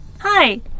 Hi